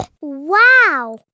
Wow